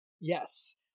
Yes